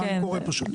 אומר?